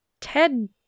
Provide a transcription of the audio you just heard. Ted